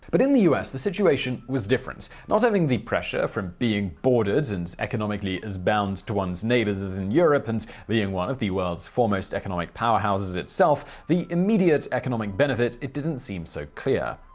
but in the u s. the situation was different. not having the pressure from being bordered and economically as bound to one's neighbors as in europe, and being one of the world's foremost economic powerhouses itself, the immediately economic benefit didn't seem so clear.